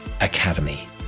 academy